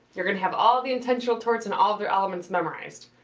you're gonna have all the intentional torts and all their elements memorized.